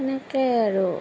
তেনেকেই আৰু